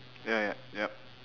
ya ya yup